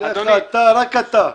רק אתה.